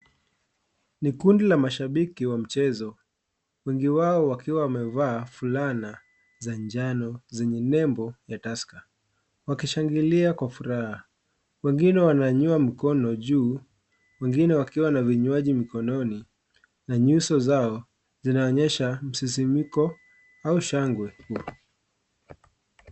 Ni kundi la mashabiki wa mchezo wengi wao wakiwa wamevaa fulana za njano zenye nembo ya tusker, Wakishangilia kwa furaha, wengine wananyua mikono juu wengine wakiwana vinywaji mkononi, na nyuso zao zinaonyesha msisimuko au shangwe.